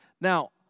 Now